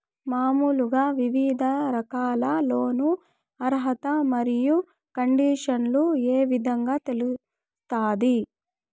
మామూలుగా వివిధ రకాల లోను అర్హత మరియు కండిషన్లు ఏ విధంగా తెలుస్తాది?